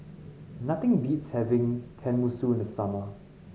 nothing beats having Tenmusu in the summer